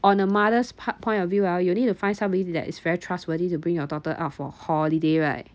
on a mother's part point of view ah you need to find somebody that is very trustworthy to bring your daughter out for holiday right